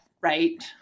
Right